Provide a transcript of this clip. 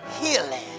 healing